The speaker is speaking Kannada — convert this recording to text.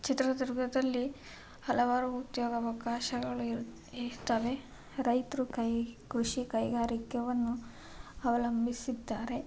ಚಿತ್ರದುರ್ಗದಲ್ಲಿ ಹಲವಾರು ಉದ್ಯೋಗಾವಕಾಶಗಳು ಇರು ಇರ್ತವೆ ರೈತರು ಕೈ ಕೃಷಿ ಕೈಗಾರಿಕೆಯನ್ನು ಅವಲಂಬಿಸಿದ್ದಾರೆ